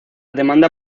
demanda